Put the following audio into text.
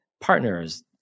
partners